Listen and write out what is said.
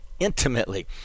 Intimately